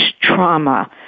trauma